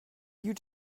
you